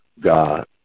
God